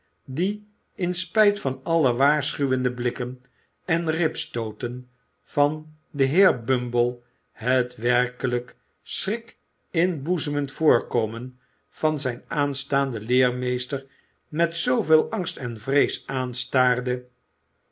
die in spijt van alle waarschuwende blikken en ribstooten var den heer bumble het werkelijk schrik inboezemend voorkomen van zijn aanstaanden leermeester met zooveel angst en vrees aanstaarde